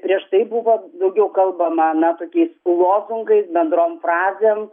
prieš tai buvo daugiau kalbama na tokiais lozungais bendrom frazėm